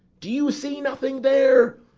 do you see nothing there?